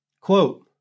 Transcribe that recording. quote